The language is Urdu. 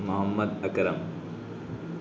محمد اکرم